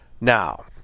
Now